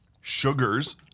sugars